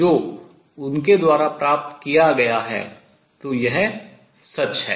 जो उनके द्वारा प्राप्त किया गया है तो यह सच है